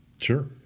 Sure